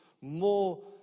more